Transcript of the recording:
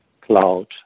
cloud